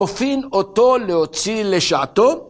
‫אופין אותו להוציא לשעתו.